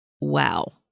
Wow